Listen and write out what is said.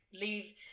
leave